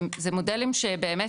זה מודלים שבאמת,